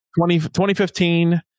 2015